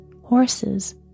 horses